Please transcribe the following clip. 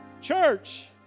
Church